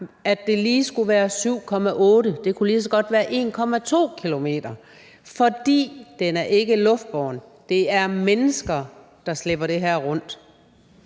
at det lige skulle være 7,8 km, det kunne lige så godt være 1,2 km, fordi den ikke er luftbåren. Det er mennesker, der slæber det her rundt.